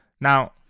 Now